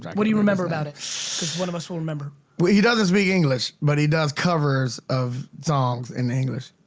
what do you remember about it? cause one of us will remember. but he doesn't speak english, but he does covers of songs in english.